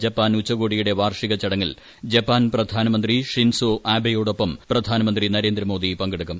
Japan ഉച്ചകോടിയുടെ വാർഷിക ചടങ്ങിൽ ജപ്പാൻ പ്രധാനമന്ത്രി ഷിൻസോ ആബേയോടൊപ്പം പ്രധാനമന്ത്രി നരേന്ദ്രമോദി പങ്കെടുക്കും